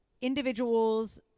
individuals